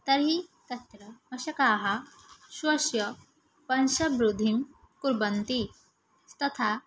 तर्हि तत्र मषकाः स्वस्य वंशबृद्धिं कुर्वन्ति तथा